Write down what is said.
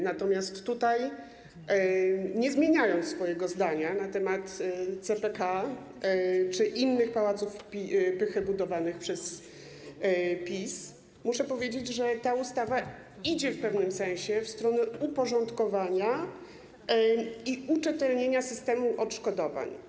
Natomiast, nie zmieniając swojego zdania na temat CPK czy innych pałaców pychy budowanych przez PiS, muszę powiedzieć, że ta ustawa idzie w pewnym sensie w stronę uporządkowania i uczytelnienia systemu odszkodowań.